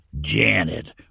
Janet